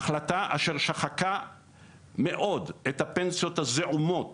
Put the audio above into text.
החלטה אשר שחקה מאוד את הפנסיות הזעומות